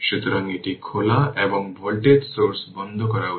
সুতরাং এটি খোলা এবং ভোল্টেজ সোর্স বন্ধ করা উচিত